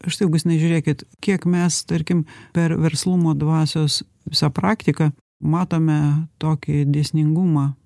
štai augustinai žiūrėkit kiek mes tarkim per verslumo dvasios visą praktiką matome tokį dėsningumą